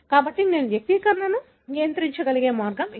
కాబట్టి నేను వ్యక్తీకరణను నియంత్రించగలిగే మార్గం ఇది